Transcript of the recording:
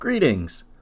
Greetings